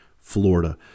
Florida